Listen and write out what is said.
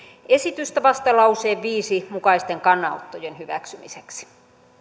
esitystä vastalauseen viiden mukaisten kannanottojen hyväksymiseksi